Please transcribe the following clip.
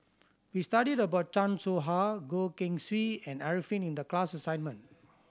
we studied about Chan Soh Ha Goh Keng Swee and Arifin in the class assignment